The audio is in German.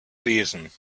wesen